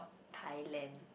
Thailand